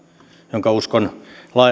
jonka uskon